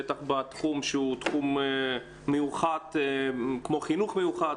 בטח בתחום המיוחד כמו חינוך מיוחד,